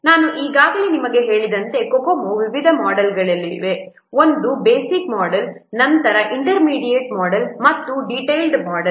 ನಾನು ಈಗಾಗಲೇ ನಿಮಗೆ ಹೇಳಿದಂತೆ COCOMO ನ ವಿವಿಧ ಮೋಡೆಲ್ಗಳಿವೆ ಒಂದು ಬೇಸಿಕ್ ಮೋಡೆಲ್ ನಂತರ ಇಂಟರ್ ಮೀಡಿಯಟ್ ಮೋಡೆಲ್ ಮತ್ತು ಡೀಟೈಲ್ಡ್ ಮೋಡೆಲ್